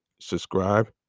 subscribe